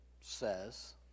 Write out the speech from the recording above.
says